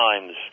times